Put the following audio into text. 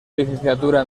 licenciatura